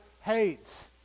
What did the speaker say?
hates